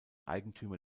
eigentümer